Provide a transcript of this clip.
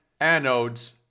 anodes